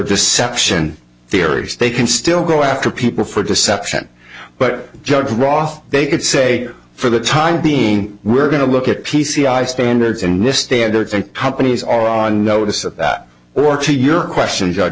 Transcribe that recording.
deception theories they can still go after people for deception but judge roth they could say for the time being we're going to look at p c i standards and this standards and companies are on notice of that or to your question judge